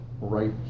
right